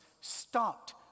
stopped